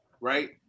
Right